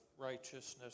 righteousness